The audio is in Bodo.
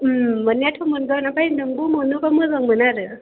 उम मोननायाथ' मोनगोन ओमफ्राय नोंबो मोनोबा मोजांमोन आरो